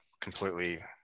completely